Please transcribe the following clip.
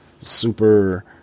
super